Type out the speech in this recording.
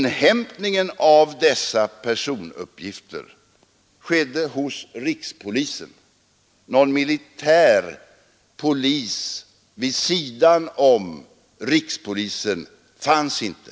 Inhämtningen av dessa personuppgifter skedde hos rikspolisen. Någon militär polis vid sidan om rikspolisen fanns inte.